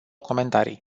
comentarii